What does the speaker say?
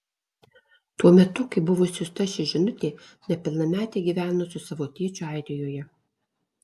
tuo metu kai buvo išsiųsta ši žinutė nepilnametė gyveno su savo tėčiu airijoje